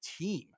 team